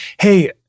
Hey